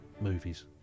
movies